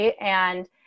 And-